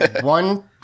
one